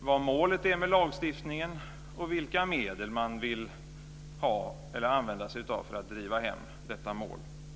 vad målet är med lagstiftningen och vilka medel man vill använda sig av för att driva hem detta mål.